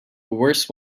worse